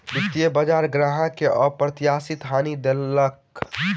वित्तीय बजार ग्राहक के अप्रत्याशित हानि दअ देलक